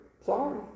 Sorry